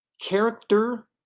character